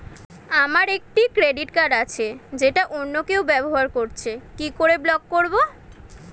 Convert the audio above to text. আমার একটি credit card আছে যেটা অন্য কেউ ব্যবহার করছে কি করে ব্লক করবো?